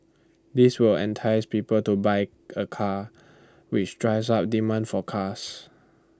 this will entice people to buy A car which drives up demand for cars